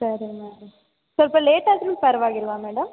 ಸರಿ ಮ್ಯಾಮ್ ಸ್ವಲ್ಪ ಲೇಟಾದರೂ ಪರ್ವಾಗಿಲ್ಲವಾ ಮೇಡಮ್